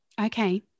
okay